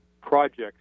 projects